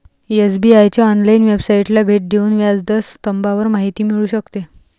SBI च्या online वेबसाइटला भेट देऊन व्याज दर स्तंभावर माहिती मिळू शकते